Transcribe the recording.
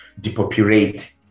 depopulate